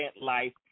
life